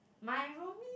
my roomie